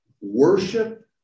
worship